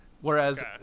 Whereas